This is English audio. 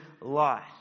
life